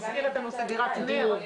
נכון.